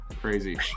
crazy